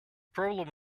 problem